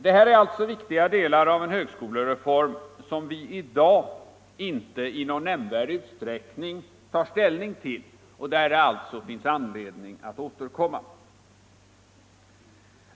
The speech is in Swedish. De här är alltså viktiga delar av en högskolereform som vi i dag inte i någon nämnvärd utsträckning tar ställning till, men som det finns anledning att återkomma till.